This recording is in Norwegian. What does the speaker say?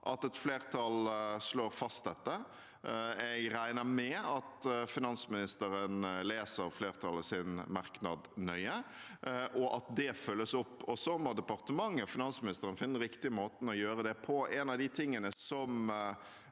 at et flertall slår fast dette. Jeg regner med at finansministeren leser flertallets merknad nøye, og at det følges opp, og så må departementet og finansministeren finne den riktige måten å gjøre det på. En av tingene